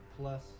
Plus